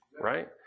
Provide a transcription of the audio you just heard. right